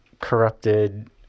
corrupted